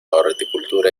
horticultura